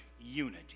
unity